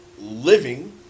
living